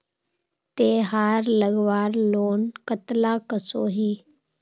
तेहार लगवार लोन कतला कसोही?